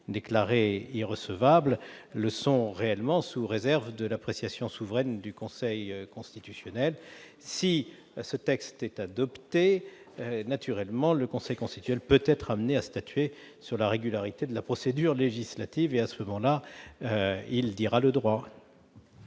déclarés irrecevables le sont réellement, sous réserve de l'appréciation souveraine du Conseil constitutionnel. Si ce texte est adopté, le Conseil constitutionnel peut être amené à statuer sur la régularité de la procédure législative : il dira alors le droit.